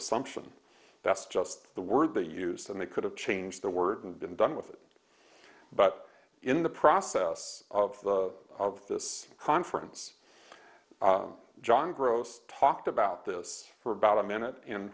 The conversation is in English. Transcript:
assumption that's just the word they used and they could have changed the word and been done with it but in the process of the of this conference john gross talked about this for about a minute in